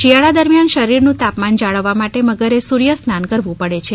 શિયાળા દરમ્યાન શરીરનું તાપમાન જાળવવા માટે મગરે સૂર્થસ્નાન કરવું પડે છે